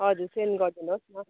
हजुर सेन्ड गरिदिनुहोस् न